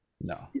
no